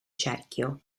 cerchio